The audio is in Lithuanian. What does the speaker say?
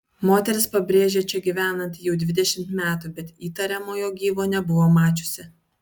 moteris pabrėžia čia gyvenanti jau dvidešimt metų bet įtariamojo gyvo nebuvo mačiusi